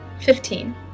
Fifteen